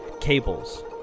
Cables